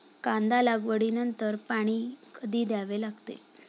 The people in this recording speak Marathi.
कांदा लागवडी नंतर पाणी कधी द्यावे लागते?